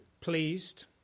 pleased